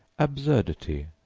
absurdity,